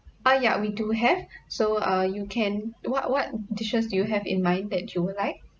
ah ya we do have so uh you can what what dishes do you have in mind that you would like